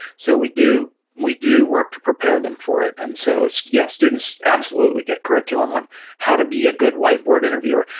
so, we do we do work to prepare them for it. and so so, yeah, students absolutely get curriculum on how to be a good whiteboard interviewer.